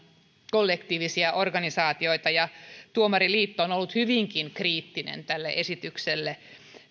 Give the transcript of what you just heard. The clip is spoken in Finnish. kollektiivisia organisaatioita ja tuomariliitto on ollut hyvinkin kriittinen tälle esitykselle